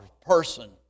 person